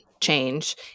change